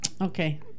Okay